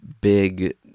big